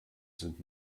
sind